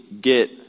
get